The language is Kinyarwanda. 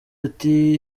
ati